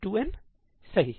2n सही